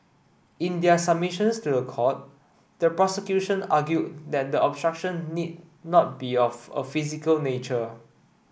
in their submissions to the court the prosecution argued that the obstruction need not be of a physical nature